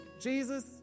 Jesus